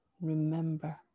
remember